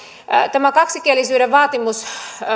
tämä kaksikielisyyden vaatimus